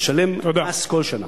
לשלם מס כל שנה.